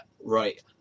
Right